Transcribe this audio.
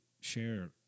share